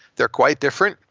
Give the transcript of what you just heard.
they're quite different.